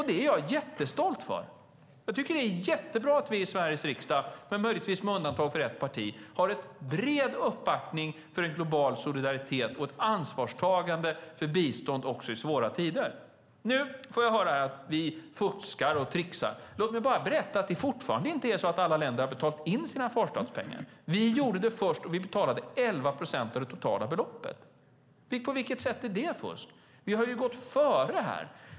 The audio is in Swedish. Det är jag jättestolt över. Jag tycker att det är jättebra att vi i Sveriges riksdag, möjligtvis med undantag för ett parti, har en bred uppbackning för en global solidaritet och ett ansvarstagande för bistånd också i svåra tider. Nu får jag höra här att vi fuskar och tricksar. Låt mig bara berätta att alla länder fortfarande inte har betalat in sina kvarstadspengar. Vi gjorde det först, och vi betalade 11 procent av det totala beloppet. På vilket sätt är det fusk? Vi har gått före här.